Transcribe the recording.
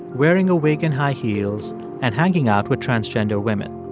wearing a wig and high heels and hanging out with transgender women.